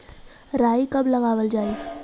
राई कब लगावल जाई?